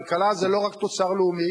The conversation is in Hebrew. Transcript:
כלכלה זה לא רק תוצר לאומי,